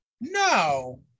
no